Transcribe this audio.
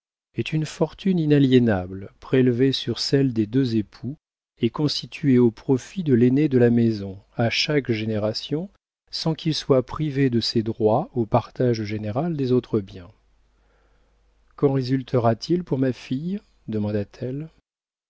est une fortune inaliénable prélevée sur celle des deux époux et constituée au profit de l'aîné de la maison à chaque génération sans qu'il soit privé de ses droits au partage général des autres biens qu'en résultera t il pour ma fille demanda-t-elle